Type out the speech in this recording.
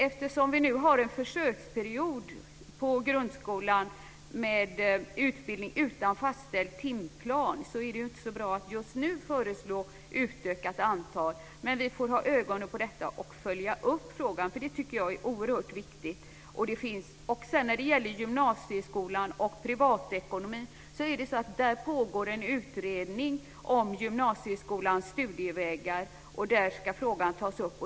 Eftersom vi nu har en försöksperiod i grundskolan med utbildning utan fastställd timplan är det inte bra att just nu föreslå utökat antal timmar. Men vi får hålla ögonen på detta och följa upp frågan. Jag tycker att det är oerhört viktigt. När det gäller ämnet privatekonomi i gymnasieskolan pågår det en utredning om gymnasieskolans studievägar, och där ska frågan tas upp.